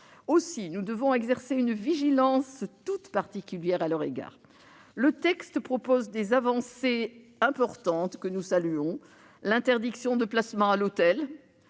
Aussi devons-nous exercer une vigilance toute particulière à leur égard. Le texte comprend des avancées importantes, que nous saluons : l'interdiction du placement à l'hôtel,